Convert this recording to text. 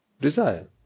desire